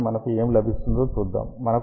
మనకు ఏమి లభిస్తుందో చూద్దాం మనకు Rr 0